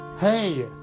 Hey